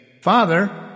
Father